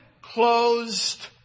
closed